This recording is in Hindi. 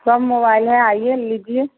सब मोबाइल हैं आइए लीजिए